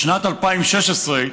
בשנת 2016,